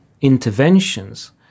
interventions